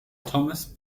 thomas